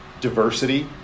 diversity